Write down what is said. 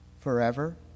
forever